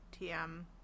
tm